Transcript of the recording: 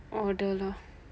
order lah